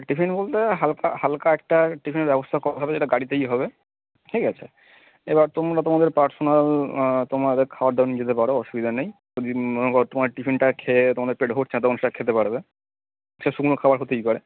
tiffin বলতে হালকা হালকা একটা টিফিনের ব্যবস্থা করা হবে যেটা গাড়িতেই হবে ঠিক আছে এবার তোমরা তোমাদের পার্সোনাল তোমাদের খাবার দাবার নিই যেতে পারো অসুবিধা নেই তুমি যদি মনে করো তোমার টিফিনটা খেয়ে তোমাদের পেট ভরছে না তখন সেটা খেতে পারবে সে শুকনো খাবার হতেই পারে